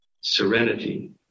serenity